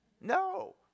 No